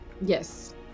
Yes